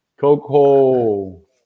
Coco